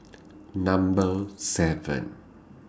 Number seven